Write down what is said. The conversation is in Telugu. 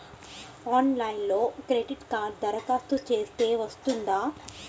ఆన్లైన్లో క్రెడిట్ కార్డ్కి దరఖాస్తు చేస్తే వస్తుందా?